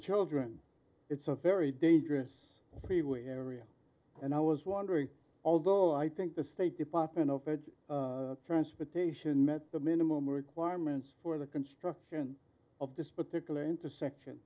children it's a very dangerous area and i was wondering although i think the state department of transportation met the minimum requirements for the construction of this particular intersection